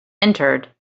entered